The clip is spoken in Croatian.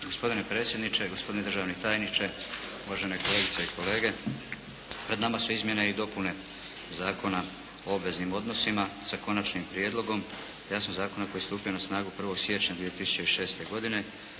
Gospodine predsjedniče, gospodine državni tajniče, uvažene kolegice i kolege! Pred nama su izmjene i dopune Zakona o obveznim odnosima sa Konačnim prijedlogom, jasno zakona koji je stupio na snagu 1. siječnja 2006. godine